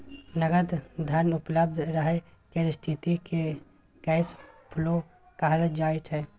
नगद धन उपलब्ध रहय केर स्थिति केँ कैश फ्लो कहल जाइ छै